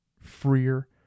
freer